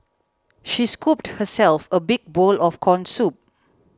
she scooped herself a big bowl of Corn Soup